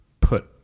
put